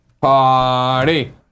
Party